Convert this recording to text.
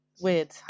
Weird